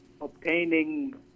obtaining